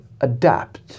adapt